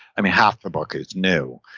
i mean half the book is new.